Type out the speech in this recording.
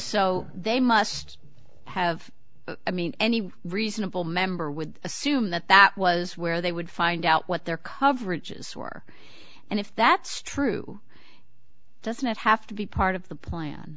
so they must have i mean any reasonable member would assume that that was where they would find out what their coverage is or and if that's true doesn't have to be part of the plan